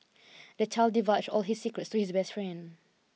the child divulged all his secrets to his best friend